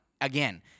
again